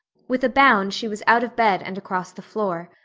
with a bound she was out of bed and across the floor.